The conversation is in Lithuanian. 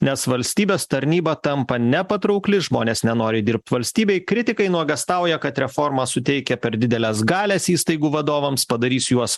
nes valstybės tarnyba tampa nepatraukli žmonės nenori dirbt valstybei kritikai nuogąstauja kad reforma suteikia per dideles galias įstaigų vadovams padarys juos